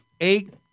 eight